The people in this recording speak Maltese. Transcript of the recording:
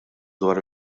dwar